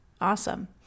awesome